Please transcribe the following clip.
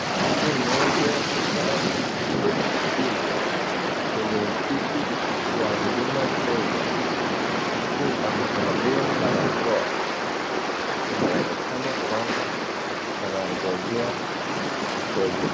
Mtu mmoja ambaye ameketi chini kwenye ofisi ya huduma Kenya huku amevalia barakoa inaonekana kwamba anamngojea mteja.